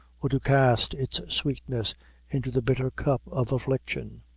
or to cast its sweetness into the bitter cup of affliction.